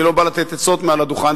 ואני לא בא לתת עצות מעל הדוכן,